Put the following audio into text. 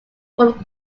from